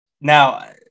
Now